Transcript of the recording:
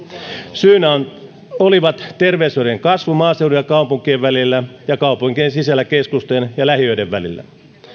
syynä oli terveyserojen kasvu maaseudun ja kaupunkien välillä ja kaupunkien sisällä keskustojen ja lähiöiden välillä